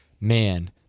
man